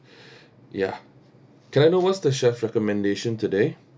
ya can I know what's the chef recommendation today